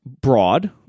broad